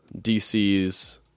DC's